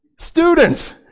students